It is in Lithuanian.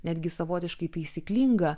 netgi savotiškai taisyklingą